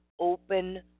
open